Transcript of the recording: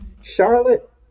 Charlotte